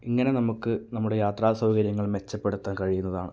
ഇങ്ങനെ നമുക്ക് നമ്മുടെ യാത്ര സൗകര്യങ്ങൾ മെച്ചപ്പെടുത്താൻ കഴിയുന്നതാണ്